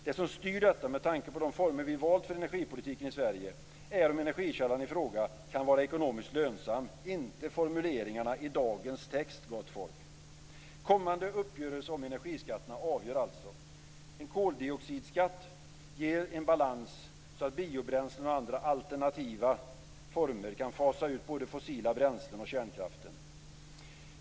Det som styr detta - med tanke på de former vi har valt för energipolitiken i Sverige - är om energikällan i fråga kan vara ekonomiskt lönsam, inte formuleringarna i dagens text, gott folk. En kommande uppgörelse om energiskatterna är alltså avgörande. En koldioxidskatt ger en balans så att biobränslen och andra alternativa former kan fasa ut både fossila bränslen och kärnkraften.